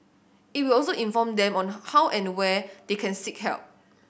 it will also inform them on how and where they can seek help